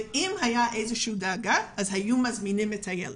ואם הייתה איזושהי דאגה היו מזמינים את הילד.